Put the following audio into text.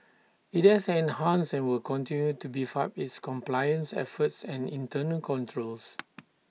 IT has enhanced and will continue to beef up its compliance efforts and internal controls